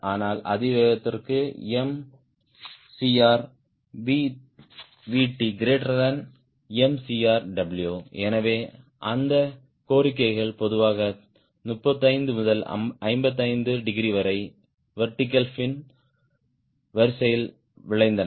ஆனால் அதிவேகத்திற்கு MCrVTMCrW எனவே அந்த கோரிக்கைகள் பொதுவாக 35 முதல் 55 டிகிரி வரை வெர்டிகல் பின் துடைக்கும் வரிசையில் விளைந்தன